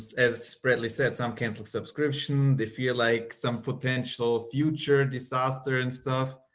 as spritely said, some cancel subscription, they feel like some potential future disaster and stuff.